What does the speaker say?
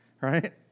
right